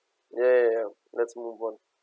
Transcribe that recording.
ya ya ya let's move on